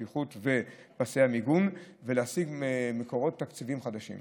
הבטיחות ופסי המיגון ולהשיג מקורות תקציביים חדשים.